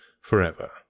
forever